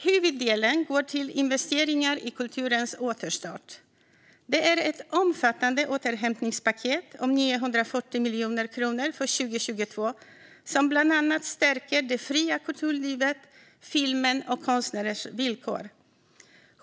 Huvuddelen går till investeringar i kulturens återstart. Det är ett omfattande återhämtningspaket om 940 miljoner kronor för 2022 som bland annat stärker det fria kulturlivet, filmen och konstnärers villkor.